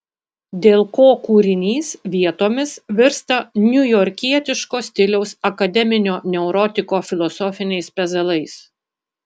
dėl ko kūrinys vietomis virsta niujorkietiško stiliaus akademinio neurotiko filosofiniais pezalais